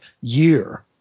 year